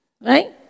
Right